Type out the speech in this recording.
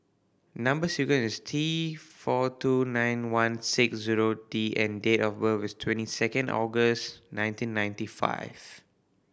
number sequence is T four two nine one six zero D and date of birth is twenty second August nineteen ninety five